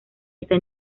está